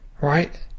right